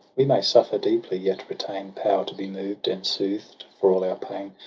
we may suffer deeply, yet retain power to be moved and soothed, for all our pain.